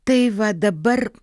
tai va dabar